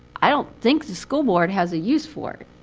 i don't think the school board has a use for it.